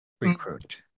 recruit